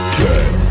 ten